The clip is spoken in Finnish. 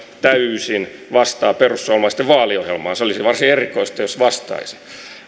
täysin vastaa perussuomalaisten vaaliohjelmaa se olisi varsin erikoista jos vastaisi